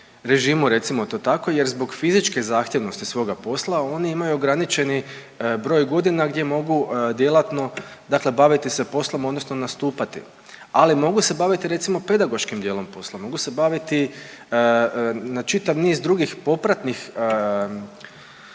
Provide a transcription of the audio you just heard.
recimo to tako jer zbog fizičke zahtjevnosti svoga posla oni imaju ograničeni broj godina gdje mogu djelatnu dakle baviti se poslom odnosno nastupati. Ali mogu se baviti recimo pedagoškim dijelom posla, mogu se baviti na čitav niz drugih popratnih